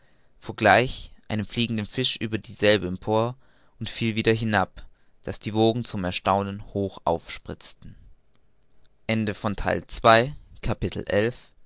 gleich einem fliegenden fisch über dieselbe empor und fiel wieder herab daß die wogen zum erstaunen hoch aufspritzten